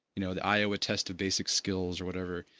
you know the iowa test of basic skills or whatever,